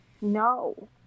No